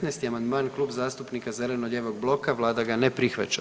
15. amandman Klub zastupnika zeleno-lijevog bloka vlada ga ne prihvaća.